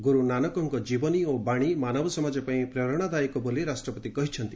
ଗୁରୁ ନାନକଙ୍କ ଜୀବନୀ ଓ ବାଣି ମାନବ ସମାଜ ପାଇଁ ପ୍ରେରଣା ଦାୟକ ବୋଲି ରାଷ୍ଟ୍ରପତି କହିଛନ୍ତି